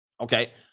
Okay